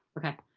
okay.